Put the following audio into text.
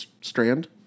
strand